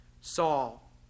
Saul